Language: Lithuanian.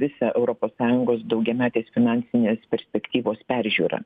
visą europos sąjungos daugiametės finansinės perspektyvos peržiūrą